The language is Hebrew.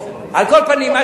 על כל פנים,